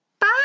bye